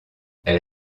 elle